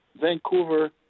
Vancouver